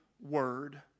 word